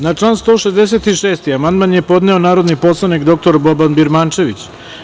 Na član 166. amandman je podneo narodni poslanik dr Boban Birmančević.